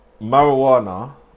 marijuana